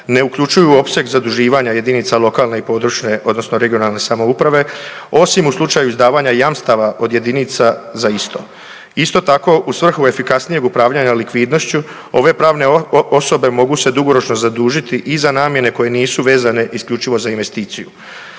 ne uključuju u opseg zaduživanja jedinica lokalne i područne odnosno regionalne samouprave osim u slučaju izdavanja jamstava od jedinica za isto. Isto tako, u svrhu efikasnijeg upravljanja likvidnošću, ove pravne osobe mogu se dugoročno zadužiti izvan namjene koje nisu vezane isključivo za investiciju.